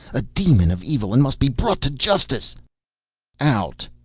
a demon of evil and must be brought to justice out!